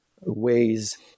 ways